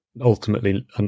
ultimately